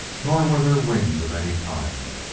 nor were there wings of any kind.